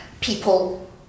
people